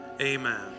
amen